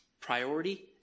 priority